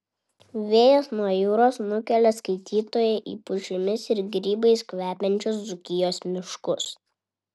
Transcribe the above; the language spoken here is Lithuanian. vėjas nuo jūros nukelia skaitytoją į pušimis ir grybais kvepiančius dzūkijos miškus